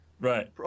right